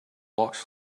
walked